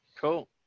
Cool